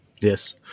yes